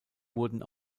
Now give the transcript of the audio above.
wurden